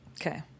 Okay